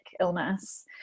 illness